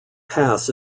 pass